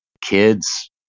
kid's